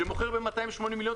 שמוכר ב-280 מיליון,